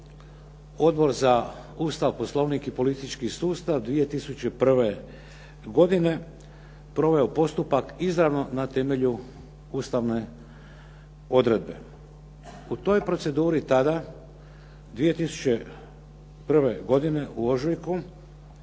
Odbor za Ustav, Poslovnik i politički sustav 2001. godine proveo postupak izravno na temelju ustavne odredbe. U toj proceduri tada 2001. godine u ožujku